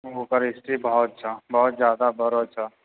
ओकर ईस्वी बहुत छ बहुत जादा बरहल छ